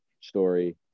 story